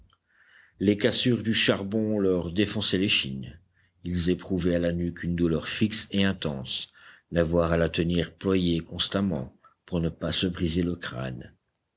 les cassures du charbon leur défonçaient l'échine ils éprouvaient à la nuque une douleur fixe et intense d'avoir à la tenir ployée constamment pour ne pas se briser le crâne